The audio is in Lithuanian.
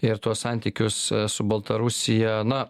ir tuos santykius su baltarusija na